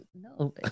no